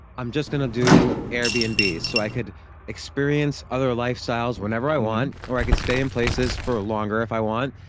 i'm just gonna do airbnb's. and so i could experience other lifestyles whenever i want or i could stay in places for longer if i want,